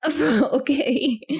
Okay